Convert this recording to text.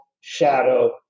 shadow